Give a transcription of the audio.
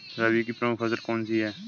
रबी की प्रमुख फसल कौन सी है?